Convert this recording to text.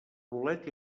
bolet